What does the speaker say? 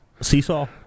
Seesaw